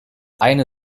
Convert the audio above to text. eine